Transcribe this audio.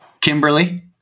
Kimberly